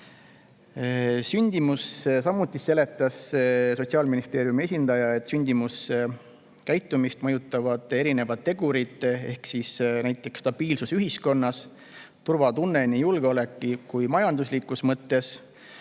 Samuti seletas Sotsiaalministeeriumi esindaja, et sündimuskäitumist mõjutavad erinevad tegurid, näiteks stabiilsus ühiskonnas ning turvatunne nii julgeoleku kui ka majanduslikus mõttes.